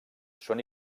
són